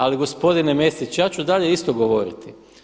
Ali gospodine Mesić ja ću dalje isto govoriti.